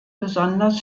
besonders